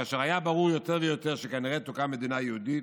כאשר היה ברור יותר ויותר שכנראה תוקם מדינה יהודית,